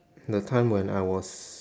the time when I was